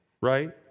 right